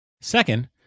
Second